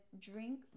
drink